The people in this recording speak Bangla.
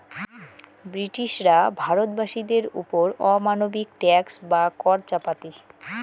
ব্রিটিশরা ভারত বাসীদের ওপর অমানবিক ট্যাক্স বা কর চাপাতি